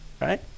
right